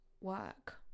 Work